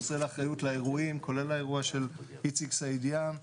נושא לאחריות לאירועים כולל האירוע של איציק סעידיאן.